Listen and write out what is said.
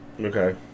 Okay